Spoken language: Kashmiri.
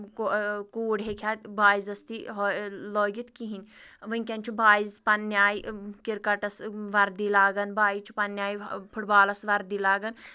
گوٚو کوٗر ہٮ۪کہِ ہا بایزَس تھٕے لٲگِتھ کِہیٖنٛۍ ؤنکٮ۪ن چھُ بایِز پَنٕنہِ آیہِ کِرکَٹس وردی لاگَان بایِز چھِ پَنٕنہِ آیہِ فُٹ بالَس وردی لاگَان